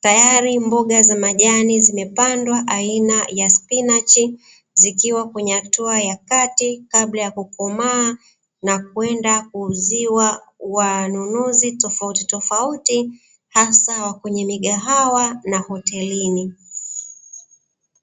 tayari mboga za majani zimepandwa aina ya spinachi ,zikiwa kwenye hatua ya kati kabla ya kukomaa na kwenda kuuziwa wanunuzi tofautitofauti; hasa wa kwenye migahawa na hotelini.